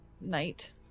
night